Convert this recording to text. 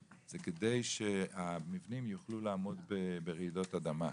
זה כדי שהמבנים יוכלו לעמוד ברעידות אדמה.